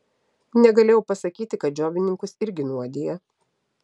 negalėjau pasakyti kad džiovininkus irgi nuodija